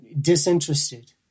disinterested